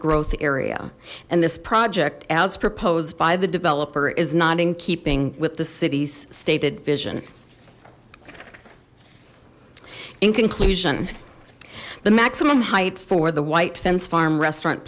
growth area and this project as proposed by the developer is not in keeping with the city's stated vision in conclusion the maximum height for the white fence farm restaurant